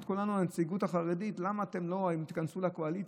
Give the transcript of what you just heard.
הנציגות החרדית: למה לא תיכנסו לקואליציה?